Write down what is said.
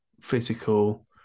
physical